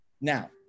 now